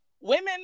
women